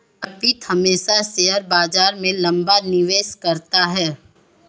अर्पित हमेशा शेयर बाजार में लंबा निवेश करता है